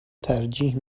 ترجیح